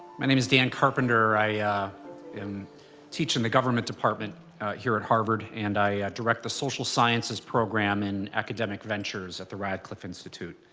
my name is dan carpenter. i teach in the government department here at harvard. and i direct the social sciences program in academic ventures at the radcliffe institute.